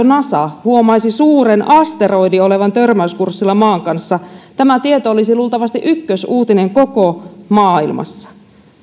nasa huomaisi suuren asteroidin olevan törmäyskurssilla maan kanssa tämä tieto olisi luultavasti ykkösuutinen koko maailmassa